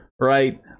right